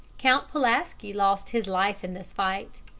count pulaski lost his life in this fight.